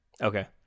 Okay